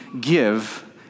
give